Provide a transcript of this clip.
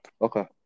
Okay